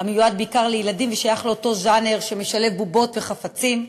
המיועד בעיקר לילדים ושייך לאותו ז'אנר שמשלב בובות וחפצים,